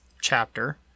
chapter